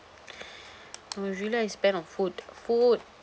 usually I spend on food food